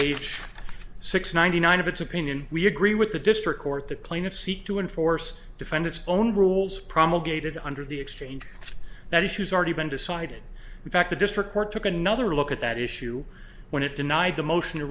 page six ninety nine of its opinion we agree with the district court the plaintiffs seek to enforce defendant's own rules promulgated under the exchange that issues already been decided in fact the district court took another look at that issue when it denied the motion